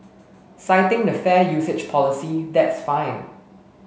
citing the fair usage policy that's fine